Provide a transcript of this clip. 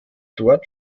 dort